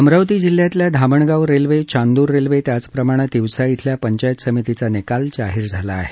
अमरावती जिल्ह्यातल्या Dhamangaon railway Chandur railway त्याचप्रमाणे तिवसा इथंल्या पंचायत समितीचा निकाल जाहीर झाला आहे